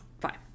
Fine